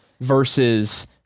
versus